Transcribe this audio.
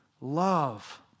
Love